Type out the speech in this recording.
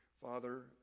father